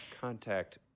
contact